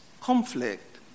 conflict